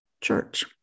church